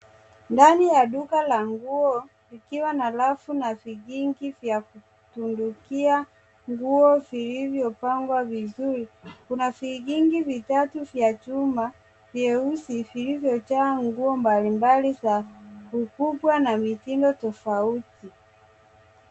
Ndani ya duka la nguo likiwa na rafu na vikingi vya tundukia nguo vilivoopangwa vizuri. Kuna vikingi vitatu vya chuma vyeusi vilivyojaa nguo mbalimbali za ukubwa na mitindo tofauti.